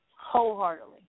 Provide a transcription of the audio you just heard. Wholeheartedly